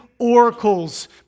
Oracles